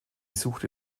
suchte